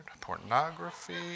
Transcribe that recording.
Pornography